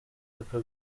aka